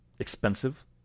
expensive